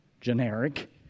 generic